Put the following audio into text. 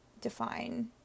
define